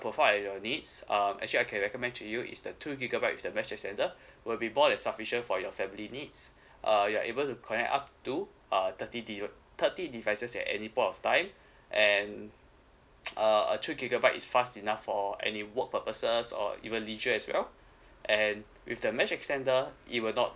profile at your needs um actually I can recommend to you is the two gigabyte with the mesh extender will be more than sufficient for your family needs uh you're able to connect up to a thirty devi~ thirty devices at any point of time and uh a two gigabyte is fast enough for any work purposes or even leisure as well and with the mesh extender it will not